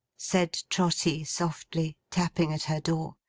said trotty softly tapping at her door.